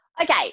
Okay